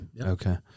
okay